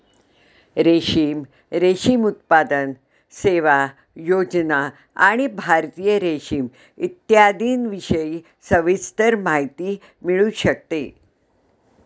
रेशीम, रेशीम उत्पादन, सेवा, योजना आणि भारतीय रेशीम इत्यादींविषयी सविस्तर माहिती मिळू शकते